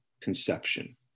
conception